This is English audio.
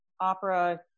opera